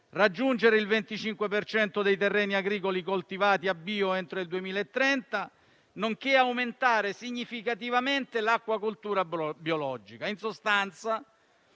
raggiungere il 25 per cento dei terreni agricoli coltivati con metodo bio entro il 2030, nonché aumentare significativamente l'acquacoltura biologica. In sostanza,